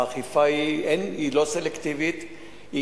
האכיפה היא לא סלקטיבית,